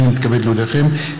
הינני מתכבד להודיעכם,